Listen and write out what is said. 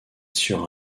sur